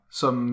som